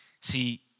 See